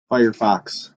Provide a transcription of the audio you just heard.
firefox